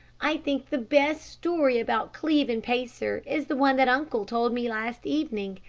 i think the best story about cleve and pacer is the one that uncle told me last evening.